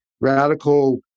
radical